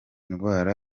ndwara